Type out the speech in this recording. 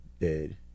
dead